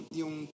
yung